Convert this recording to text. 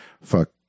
fuck